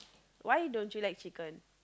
why don't you like chicken